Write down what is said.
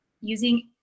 using